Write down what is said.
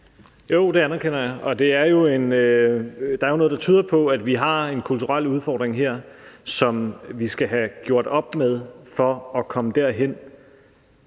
Jo, det anerkender jeg. Og der er jo noget, der tyder på, at vi har en kulturel udfordring her, som vi skal have gjort op med for at komme derhen.